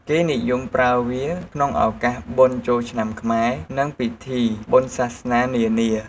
គេនិយមប្រើវាក្នុងឱកាសបុណ្យចូលឆ្នាំខ្មែរ និងពិធីបុណ្យសាសនា នានា។